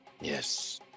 yes